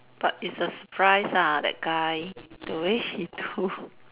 but it's a surprise ah that guy the way he do